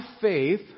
faith